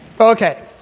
Okay